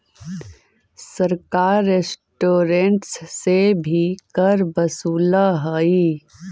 सरकार रेस्टोरेंट्स से भी कर वसूलऽ हई